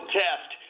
test